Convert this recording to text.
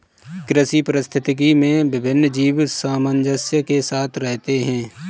कृषि पारिस्थितिकी में विभिन्न जीव सामंजस्य के साथ रहते हैं